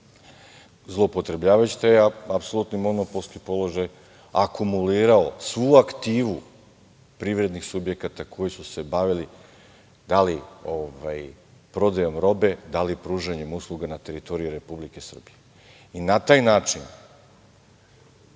Zloupotrebljavajući taj apsolutni monopolski položaj, akumulirao svu aktivu privrednih subjekata koji su se bavili, da li prodajom robe, da li pružanjem usluga na teritoriji Republike Srbije. Na taj način,